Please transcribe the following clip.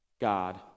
God